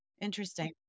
Interesting